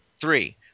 Three